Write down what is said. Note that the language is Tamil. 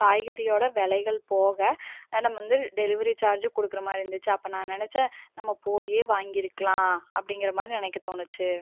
காய்கறியோட விலைகள் போக நம்ம வந்து டெலிவரி சார்ஜும் கொடுக்குறமாரி இருந்துச்சு அப்போ நான் நினச்சேன் நம்ம போயே வாங்கியிருக்கலாம் அப்படிங்கிற மாதிரி நினைக்க தோணுச்சு